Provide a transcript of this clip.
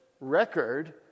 record